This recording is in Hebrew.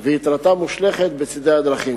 ויתרתה מושלכת בצדי הדרכים,